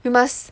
we must